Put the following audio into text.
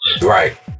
right